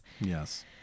Yes